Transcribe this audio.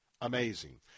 amazing